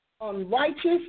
unrighteous